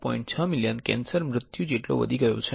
6 million cancer મૃત્યુ જેટલો વધી ગયો છે